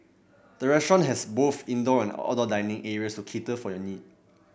the restaurant has both indoor and outdoor dining areas to cater for your need